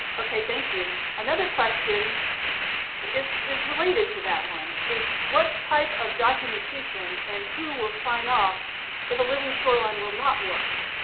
ah okay, thank you. another question is is related to that. one is, what type of documentation and who will sign off if a living shoreline will not work.